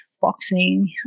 boxing